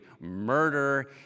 murder